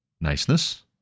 niceness